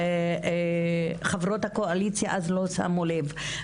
חברות הקואליציה אז לא שמו לב.